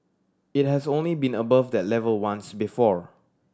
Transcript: it has only been above that level once before